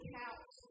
couch